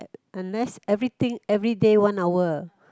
u~ unless everything everyday one hour